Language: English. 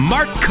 Mark